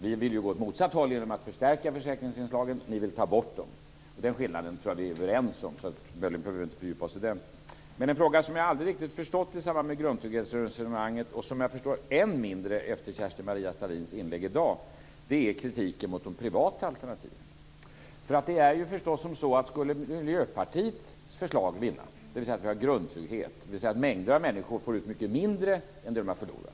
Vi vill gå åt motsatt håll och förstärka försäkringsinslagen, medan ni vill ta bort dem. Jag tror att vi är överens om den skillnaden, så vi behöver väl inte fördjupa oss i den. En fråga som jag aldrig riktigt har förstått i grundtrygghetsresonemanget och som jag förstår än mindre efter Kerstin-Maria Stalins inlägg i dag är kritiken mot de privata alternativen. Skulle Miljöpartiets förslag om grundtrygghet vinna, skulle mängder av människor få ut mycket mindre än vad de har förlorat.